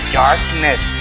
darkness